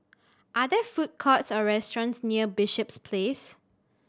are there food courts or restaurants near Bishops Place